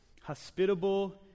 hospitable